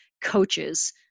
coaches